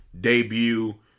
debut